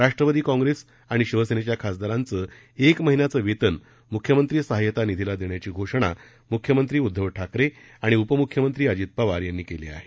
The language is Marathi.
राष्ट्रवादी काँग्रेस आणि शिवसेनेच्या खासदारांचं एका महिन्याचं वेतन मुख्यमंत्री सहाय्यता निधीला देण्याची घोषणा मुख्यमंत्री उद्धव ठाकरे आणि उपमुख्यमंत्री अजित पवार यांनी केली आहे